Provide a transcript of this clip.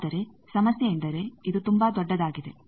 ಆದರೆ ಸಮಸ್ಯೆ ಎಂದರೆ ಇದು ತುಂಬಾ ದೊಡ್ಡದಾಗಿದೆ